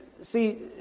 See